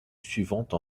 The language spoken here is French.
suivante